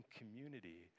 community